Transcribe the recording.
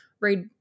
read